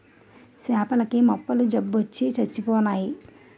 సేపల కి మొప్పల జబ్బొచ్చి సచ్చిపోయినాయి